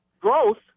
Growth